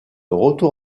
retour